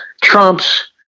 trumps